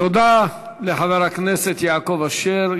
תודה לחבר הכנסת יעקב אשר.